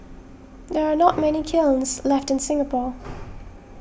there are not many kilns left in Singapore